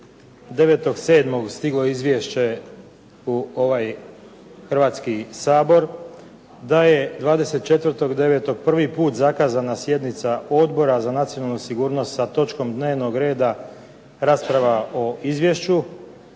9.7. stiglo izvješće u ovaj Hrvatski sabor, da je 24.9. prvi puta zakazana sjednica Odbora za nacionalnu sigurnost sa točkom dnevnog reda – rasprava o izvješću